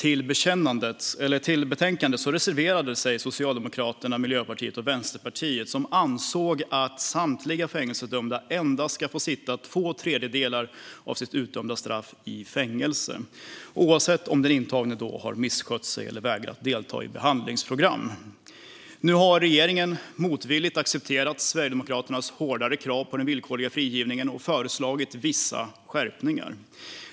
I betänkandet reserverade sig Socialdemokraterna, Miljöpartiet och Vänsterpartiet, som ansåg att samtliga fängelsedömda endast ska sitta två tredjedelar av sin utdömda strafftid i fängelse, oavsett om den intagne har misskött sig eller vägrat delta i behandlingsprogram. Nu har regeringen motvilligt accepterat Sverigedemokraternas hårdare krav gällande den villkorliga frigivningen och föreslagit vissa skärpningar.